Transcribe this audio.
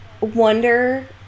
wonder